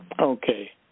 Okay